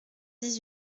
dix